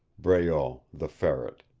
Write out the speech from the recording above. breault the ferret.